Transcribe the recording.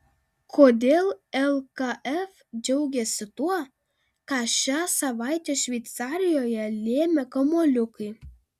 kodėl lkf džiaugiasi tuo ką šią savaitę šveicarijoje lėmė kamuoliukai